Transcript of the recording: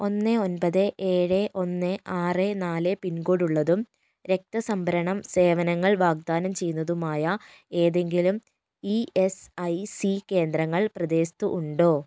ഒന്ന് ഒൻപത് ഏഴ് ഒന്ന് ആറ് നാല് പിൻകോഡ് ഉള്ളതും രക്ത സംഭരണം സേവനങ്ങൾ വാഗ്ദാനം ചെയ്യുന്നതുമായ ഏതെങ്കിലും ഇഎസ്ഐസി കേന്ദ്രങ്ങൾ പ്രദേശത്ത് ഉണ്ടോ